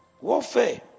warfare